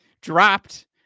dropped